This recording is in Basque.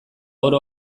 oro